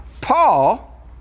Paul